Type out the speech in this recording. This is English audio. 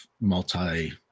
multi